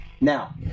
Now